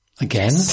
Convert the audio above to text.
Again